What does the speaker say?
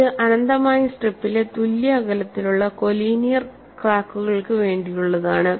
ഇത് അനന്തമായ സ്ട്രിപ്പിലെ തുല്യ അകലത്തിലുള്ള കോലീനിയർ ക്രാക്കുകൾക്ക് വേണ്ടിയുള്ളതാണ്